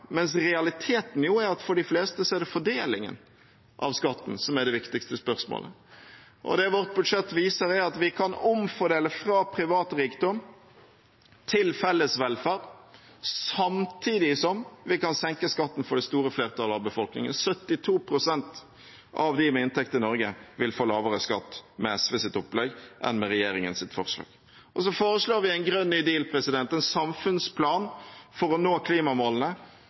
mens realiteten jo er at for de fleste er det fordelingen av skatten som er det viktigste spørsmålet. Og det vårt budsjett viser, er at vi kan omfordele fra privat rikdom til felles velferd, samtidig som vi kan senke skatten for det store flertallet av befolkningen: 72 pst. av de med inntekt i Norge vil få lavere skatt med SVs opplegg enn med regjeringens forslag. Og vi foreslår en grønn ny deal, en samfunnsplan for å nå klimamålene